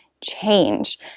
change